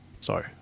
Sorry